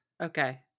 Okay